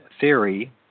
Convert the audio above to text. theory